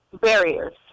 barriers